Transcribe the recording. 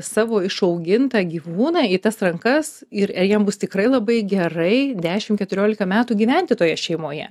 savo išaugintą gyvūną į tas rankas ir ar jiems bus tikrai labai gerai dešim keturiolika metų gyventi toje šeimoje